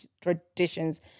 traditions